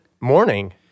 morning